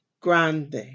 Grande